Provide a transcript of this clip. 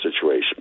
situation